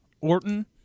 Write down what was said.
Orton